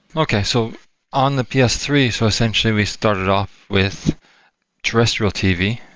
okay. so on the p s three, so essentially we started off with terrestrial tv,